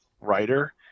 writer